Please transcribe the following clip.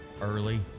early